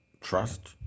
trust